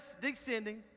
descending